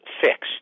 fixed